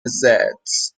desserts